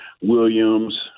Williams